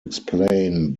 explain